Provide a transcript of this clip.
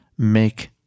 make